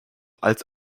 als